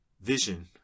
vision